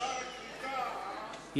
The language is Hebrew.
אינו נוכח